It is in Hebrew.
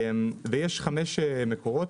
יש חמש מקורות.